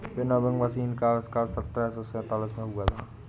winnowing machine का आविष्कार सत्रह सौ सैंतीस में हुआ था